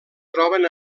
troben